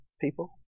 people